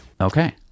okay